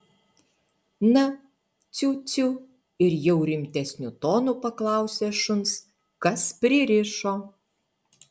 na ciu ciu ir jau rimtesniu tonu paklausė šuns kas pririšo